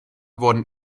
wurden